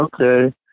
okay